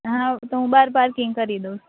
હા તો હું બાર પાર્કિંગ કરી દઉં